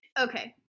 Okay